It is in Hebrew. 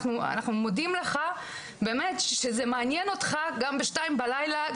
אנחנו מודים לך שזה מעניין אותך גם ב-02:00 בלילה,